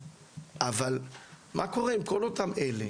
אבל מה קורה עם כל אותם הגברים